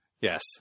Yes